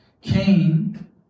Cain